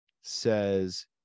says